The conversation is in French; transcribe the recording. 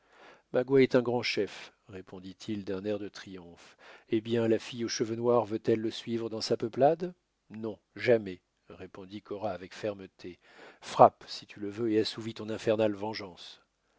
magua est un grand chef répondit-il d'un air de triomphe eh bien la fille aux cheveux noirs veut-elle le suivre dans sa peuplade non jamais répondit cora avec fermeté frappe si tu le veux et assouvis ton infernale vengeance